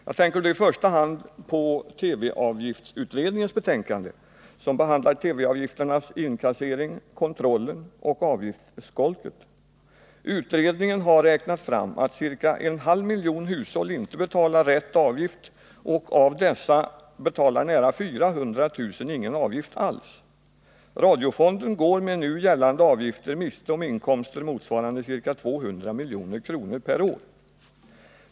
Jag tänker i första hand då på TV-avgiftsutredningens betänkande som behandlar TV-avgifternas inkassering, kontrollen och avgiftsskolket. Utredningen har räknat fram att ca en halv miljon hushåll inte betalar rätt avgift, och av dessa betalar nära 400 000 ingen avgift alls. Radiofonden går med nu gällande avgifter miste om inkomster motsvarande ca 200 milj.kr. per år.